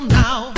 now